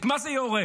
את מה זה יעורר?